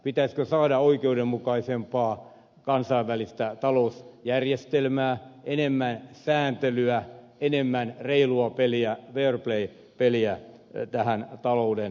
pitäisikö saada oikeudenmukaisempaa kansainvälistä talousjärjestelmää enemmän sääntelyä enemmän reilua peliä fair play peliä tähän taloudenpitoon